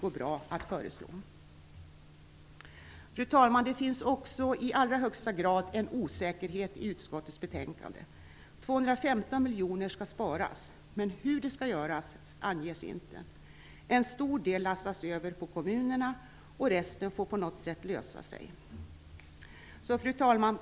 Fru talman! Det finns också i allra högsta grad en osäkerhet i utskottets betänkande. 215 miljoner skall sparas, men hur det skall göras anges inte. En stor del lastas över på kommunerna, och resten får på något sätt lösa sig. Fru talman!